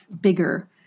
bigger